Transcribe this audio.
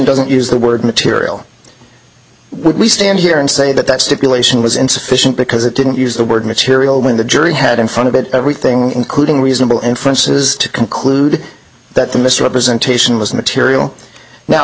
doesn't use the word material we stand here and say that that stipulation was insufficient because it didn't use the word material when the jury had in front of it everything including reasonable inferences to conclude that the misrepresentation was material now